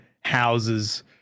houses